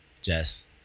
Jess